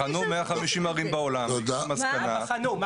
בחנו 150 ערים בעולם והגיעו למסקנה --- מה בחנו?